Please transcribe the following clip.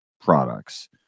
products